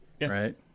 right